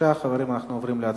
אנחנו עוברים להצבעה.